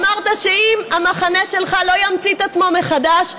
אמרת שאם שהמחנה שלך לא ימציא את עצמו מחדש,